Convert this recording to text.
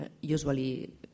usually